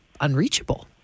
unreachable